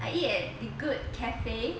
I eat at good cafe